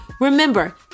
remember